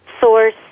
source